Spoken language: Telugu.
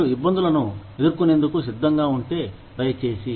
మీరు ఇబ్బందులను ఎదుర్కొనేందుకు సిద్ధంగా ఉంటే దయచేసి